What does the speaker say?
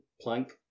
plank